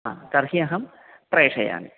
हा तर्हि अहं प्रेषयामि